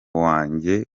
wanjye